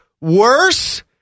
Worse